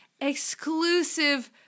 exclusive